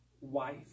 Wife